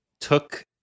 took